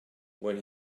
when